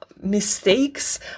mistakes